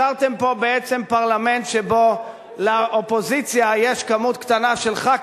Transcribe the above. השארתם פה פרלמנט שבו לאופוזיציה יש כמות קטנה של חברי כנסת,